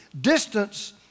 distance